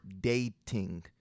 dating